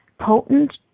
Potent